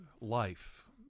life